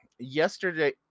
Yesterday